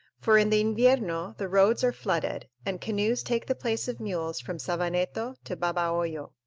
for in the invierno the roads are flooded, and canoes take the place of mules from savaneta to babahoyo.